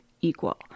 equal